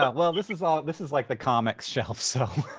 ah well this is all, this is like the comics shelf. so,